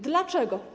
Dlaczego?